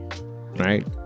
right